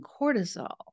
cortisol